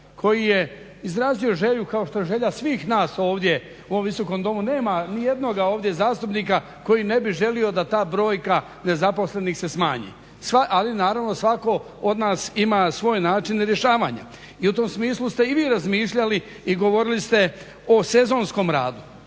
koji je izrazio želju, kao što je želja svih nas ovdje u ovom visokom domu, nema ni jednog ovdje zastupnika koji ne bi želio da ta brojka nezaposlenih se smanji. Ali naravno svako od nas ima svoje načine rješavanja. I u tom smislu ste i vi razmišljali i govorili ste o sezonskom radu,